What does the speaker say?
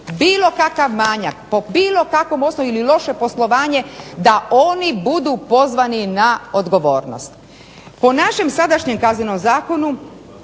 bilo kakav manjak po bilo kakvom osnovu ili loše poslovanje da oni budu pozvani na odgovornost. Po našem sadašnjem Kaznenom zakonu